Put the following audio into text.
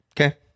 Okay